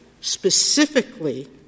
specifically